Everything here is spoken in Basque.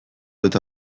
eta